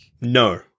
No